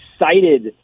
excited